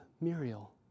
Muriel